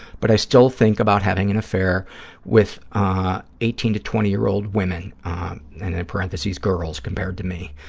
but i still think about having an affair with ah eighteen to twenty year old women, and then in parentheses, girls compared to me,